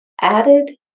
added